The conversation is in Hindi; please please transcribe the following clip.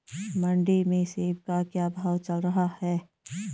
मंडी में सेब का क्या भाव चल रहा है?